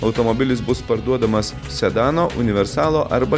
automobilis bus parduodamas sedano universalo arba